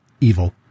evil